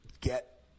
get